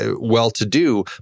well-to-do